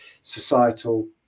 societal